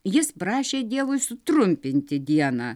jis prašė dievui sutrumpinti dieną